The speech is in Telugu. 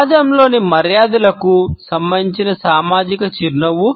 సమాజంలోని మర్యాదలకు సంబంధించిన సామాజిక చిరునవ్వు